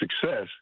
success